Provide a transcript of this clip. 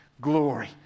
glory